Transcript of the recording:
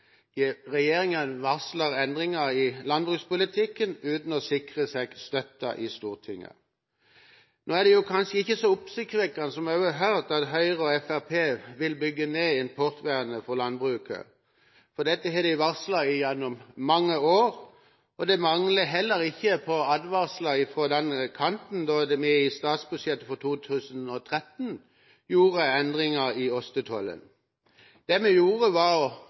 Regjeringen varsler endringer i landbrukspolitikken uten å sikre seg støtte i Stortinget. Nå er det kanskje ikke så oppsiktsvekkende som vi har hørt, at Høyre og Fremskrittspartiet vil bygge ned importvernet for landbruket, for dette har de varslet gjennom mange år. Det manglet heller ikke på advarsler fra den kanten da vi i statsbudsjettet for 2013 gjorde endringer i ostetollen. Det vi gjorde, var